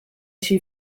she